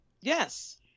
Yes